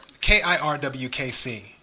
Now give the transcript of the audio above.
k-i-r-w-k-c